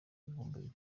ibihumbi